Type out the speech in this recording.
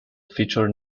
feature